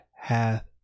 hath